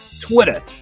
Twitter